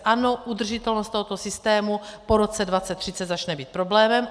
Ano, udržitelnost tohoto systému po roce 2030 začne být problémem.